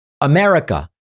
America